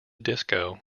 disco